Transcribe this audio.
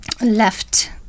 Left